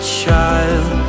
child